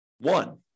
One